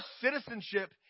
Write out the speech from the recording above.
citizenship